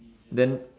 then